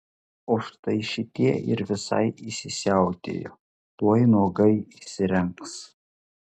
o štai šitie ir visai įsisiautėjo tuoj nuogai išrengs